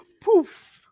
poof